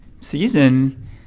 season